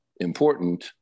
important